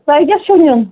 تۄہہِ کیٛاہ چھُو نیُن